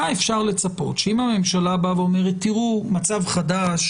היה אפשר לצפות שאם הממשלה באה ואומרת שיש מצב חדש,